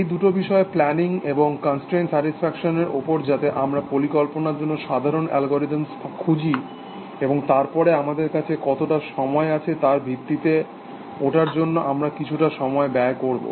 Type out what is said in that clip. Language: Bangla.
এই দুটো বিষয় প্ল্যানিং এবং কনস্ট্রেন্ট স্যাটিসফ্যাকশনের ওপর যাতে আমরা পরিকল্পনার জন্য সাধারণ অ্যালগোরিদমগুলো খুঁজি এবং তারপরে আমাদের কাছে কতটা সময় আছে তার ভিত্তিতে ওটার জন্য আমরা কিছুটা সময় ব্যয় করব